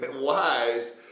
wise